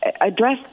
address